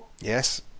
Yes